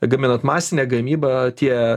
gaminant masinę gamybą tie